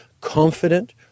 confident